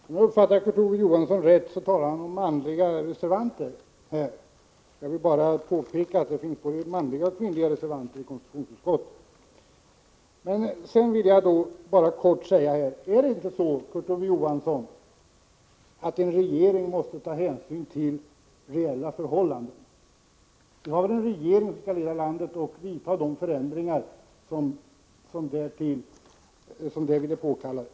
Herr talman! Om jag uppfattar Kurt Ove Johansson rätt talar han om manliga reservanter här. Jag vill bara påpeka att det finns både manliga och kvinnliga reservanter i konstitutionsutskottet. Är det inte så, Kurt Ove Johansson, att en regering måste ta hänyn till reella förhållanden? Vi har väl en regering för att leda landet och vidta de förändringar som därvid är påkallade.